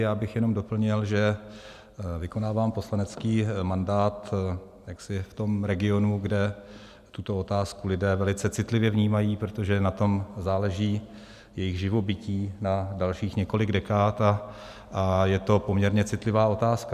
Já bych jenom doplnil, že vykonávám poslanecký mandát v tom regionu, kde tuto otázku lidé velice citlivě vnímají, protože na tom záleží jejich živobytí na dalších několik dekád a je to poměrně citlivá otázka.